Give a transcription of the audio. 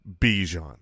Bijan